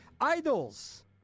Idols